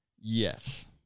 Yes